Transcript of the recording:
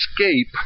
escape